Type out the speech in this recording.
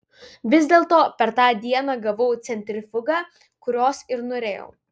vis dėlto per tą dieną gavau centrifugą kurios ir norėjau